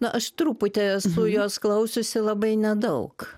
na aš truputį esu jos klausiusi labai nedaug